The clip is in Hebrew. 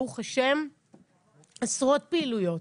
ברוך השם עשרות פעילויות.